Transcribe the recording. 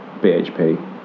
BHP